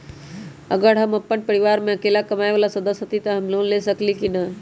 अगर हम अपन परिवार में अकेला कमाये वाला सदस्य हती त हम लोन ले सकेली की न?